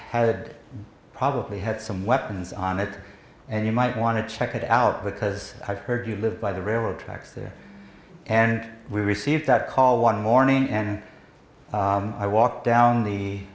had probably had some weapons on it and you might want to check it out because i've heard you live by the railroad tracks there and we received that call one morning and i walked down the